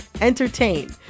entertain